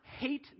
hate